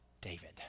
David